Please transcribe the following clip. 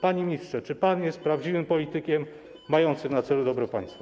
Panie ministrze, czy pan jest prawdziwym politykiem mającym na celu dobro państwa?